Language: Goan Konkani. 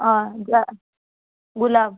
आ जा गुलाब